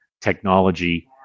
technology